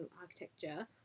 architecture